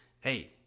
Hey